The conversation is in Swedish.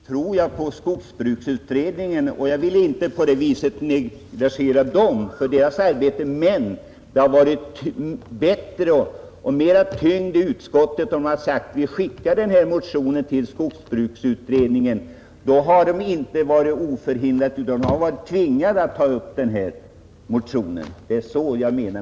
Fru talman! Till herr Mossberger vill jag säga att jag visst inte undervärderar skogsbruksutredningens arbete. Men det hade varit bättre om utskottet hade sagt: Vi skickar motionen till skogsbruksutredningen. Då hade denna varit tvingad att ta upp motionen. Det är så jag menar.